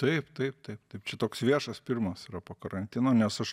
taip taip taip taip čia toks viešas pirmas po karantino nes aš